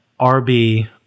RB